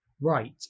Right